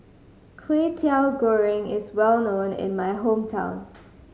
Kway Teow Goreng is well known in my hometown